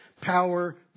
power